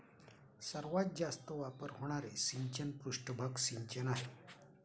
सर्वात जास्त वापर होणारे सिंचन पृष्ठभाग सिंचन आहे